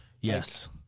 yes